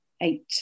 eight